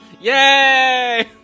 Yay